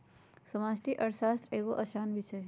समष्टि अर्थशास्त्र एगो असान विषय हइ